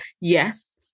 Yes